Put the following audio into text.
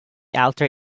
alter